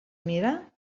mire